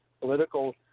political